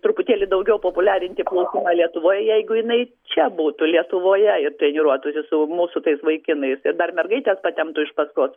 truputėlį daugiau populiarinti plaukimą lietuvoj jeigu jinai čia būtų lietuvoje ir treniruotųsi su mūsų tais vaikinais ir dar mergaites patemptų iš paskos